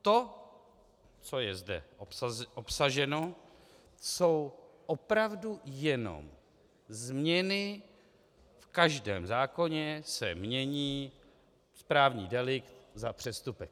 To, co je zde obsaženo, jsou opravdu jenom změny v každém zákoně se mění správní delikt za přestupek.